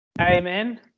Amen